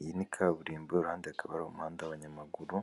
Iyi ni kaburimbo iruhande hakaba hari umuhanda w'abanyamaguru,